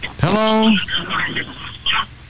Hello